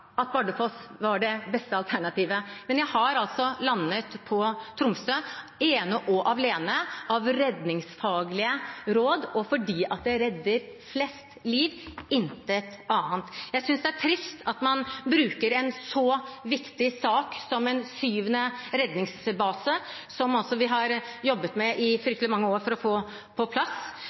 at Bardufoss var det beste alternativet, men jeg har altså landet på Tromsø ene og alene på grunn av redningsfaglige råd og fordi det redder flest liv, intet annet. Jeg synes det er trist at man bruker en så viktig sak som en syvende redningsbase, som vi har jobbet med og ønsket oss i fryktelig mange år,